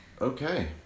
Okay